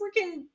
freaking